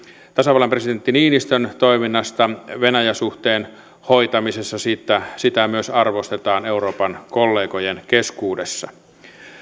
tasavallan presidentti niinistön toiminnasta venäjä suhteen hoitamisessa sitä sitä myös arvostetaan euroopan kollegojen keskuudessa